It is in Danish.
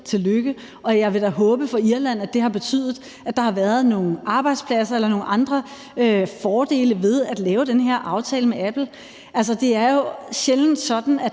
tillykke. Og jeg vil da håbe for Irland, at det har betydet, at der har været nogle arbejdspladser eller nogle andre fordele ved at lave den her aftale med Apple. Det er jo sjældent sådan, at